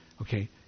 okay